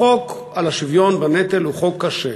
החוק על השוויון בנטל הוא חוק קשה.